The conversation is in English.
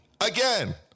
again